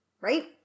Right